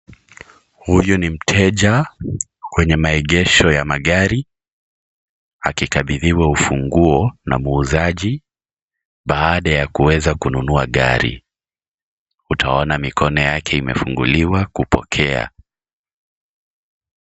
Huyu ni mteja kwenye maengesho ya magari, akikabidhiwa ufunguo na muuzaji baada ya kuweza kununua gari. Utaona mikono yake imefunguliwa kupokea.